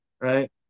right